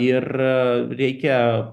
ir reikia